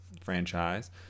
franchise